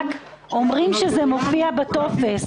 --- הפונים אלינו אומרים שזה מופיע בטופס.